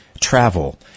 travel